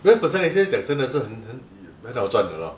you know personal accident 讲真的是很恨好赚的 lor